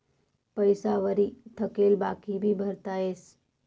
पैसा वरी थकेल बाकी भी भरता येस